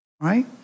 Right